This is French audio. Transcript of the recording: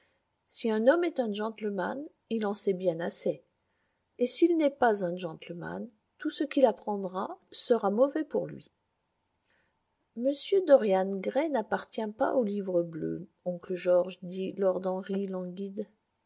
si un homme est un gentleman il en sait bien assez et s'il n'est pas un gentleman tout ce qu'il apprendra sera mauvais pour lui m dorian gray n'appartient pas au livre bleu oncle george dit lord henry